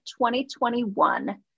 2021